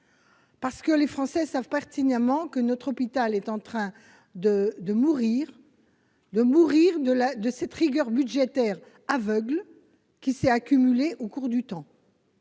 habitude. Les Français savent pertinemment que notre hôpital est en train de mourir de cette rigueur budgétaire aveugle qui s'est renforcée au cours du temps.